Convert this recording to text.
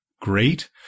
great